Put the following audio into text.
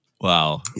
Wow